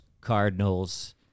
Cardinals